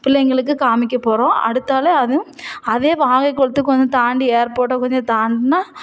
பிள்ளைங்களுக்கு காமிக்க போகிறோம் அடுத்தாலும் அதுவும் அதே வாகைக்குளத்துக்கு கொஞ்சம் தாண்டி ஏர்போட்டை கொஞ்சம் தாண்டுனா